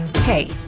Hey